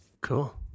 cool